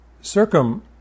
Circum